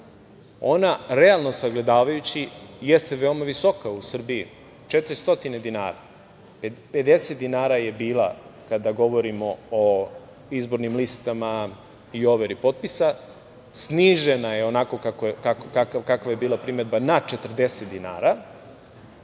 Ona realno sagledavajući jeste veoma visoka u Srbiji, 400 dinara. Pedeset dinara je bila, kada govorimo o izbornim listama i overi potpisa. Snižena je onako kakva je bila na 40 dinara,